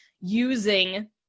using